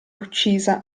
uccisa